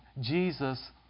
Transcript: Jesus